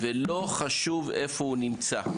לא חשוב איפה הוא נמצא,